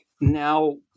now